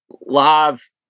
live